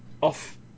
off